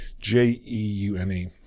j-e-u-n-e